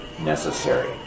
necessary